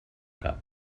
cap